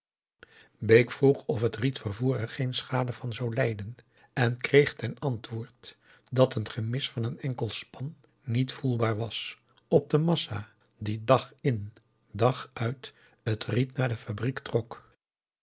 bake vroeg of het riet vervoer er geen schade van zou lijden en kreeg ten antwoord dat een gemis van een enkel span niet voelbaar was op de augusta de wit orpheus in de dessa massa die dag in dag uit het riet naar de fabriek trok